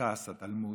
זה הש"ס, התלמוד,